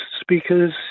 speakers